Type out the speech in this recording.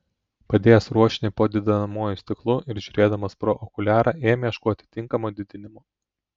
padėjęs ruošinį po didinamuoju stiklu ir žiūrėdamas pro okuliarą ėmė ieškoti tinkamo didinimo